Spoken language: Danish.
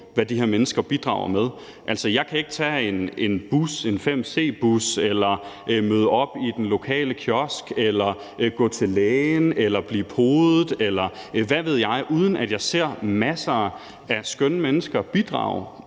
hvad de her mennesker bidrager med. Jeg kan ikke tage en bus, en linje 5C, eller møde op i den lokale kiosk eller gå til lægen eller blive podet, eller hvad ved jeg, uden at jeg ser masser af skønne mennesker bidrage